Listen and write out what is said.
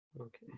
Okay